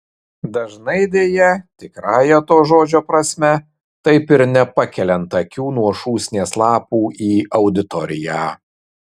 dažnai deja tikrąja to žodžio prasme taip ir nepakeliant akių nuo šūsnies lapų į auditoriją